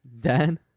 Dan